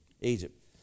Egypt